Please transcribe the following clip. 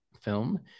film